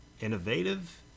innovative